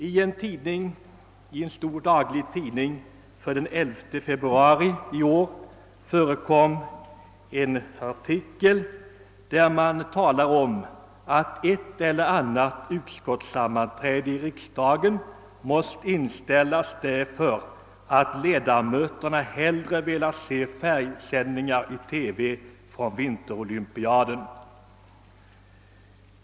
I en stor daglig tidning förekom den 11 februari i år en artikel, där man talar om att ett eller annat utskottssammanträde i riksdagen måst inställas därför att ledamöterna hellre velat se färgsändningar i TV från vinterolympiaden.